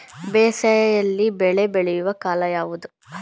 ಬೇಸಿಗೆ ಯಲ್ಲಿ ಬೆಳೆ ಬೆಳೆಯುವ ಕಾಲ ಯಾವುದು?